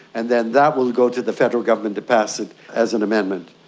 and then that will go to the federal government to pass it as an amendment.